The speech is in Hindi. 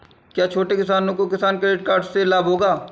क्या छोटे किसानों को किसान क्रेडिट कार्ड से लाभ होगा?